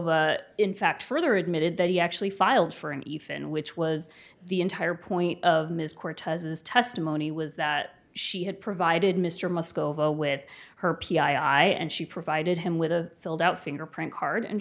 must in fact further admitted that he actually filed for an even which was the entire point of ms cortez's testimony was that she had provided mr moscow vo with her p i and she provided him with a filled out fingerprint card and